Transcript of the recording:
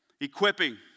Equipping